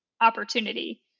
opportunity